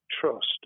trust